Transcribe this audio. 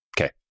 Okay